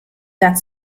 that